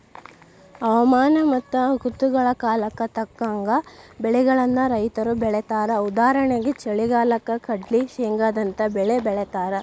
ಹವಾಮಾನ ಮತ್ತ ಋತುಗಳ ಕಾಲಕ್ಕ ತಕ್ಕಂಗ ಬೆಳಿಗಳನ್ನ ರೈತರು ಬೆಳೇತಾರಉದಾಹರಣೆಗೆ ಚಳಿಗಾಲಕ್ಕ ಕಡ್ಲ್ಲಿ, ಶೇಂಗಾದಂತ ಬೇಲಿ ಬೆಳೇತಾರ